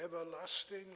everlasting